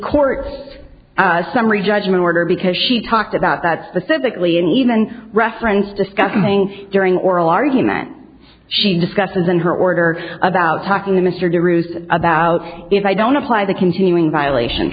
courts summary judgment order because she talked about that specifically in even referenced discussing during oral argument she discusses in her order about talking to mr de roos about if i don't apply the continuing violation